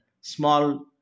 small